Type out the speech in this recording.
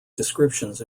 descriptions